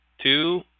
two